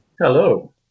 Hello